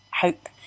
hope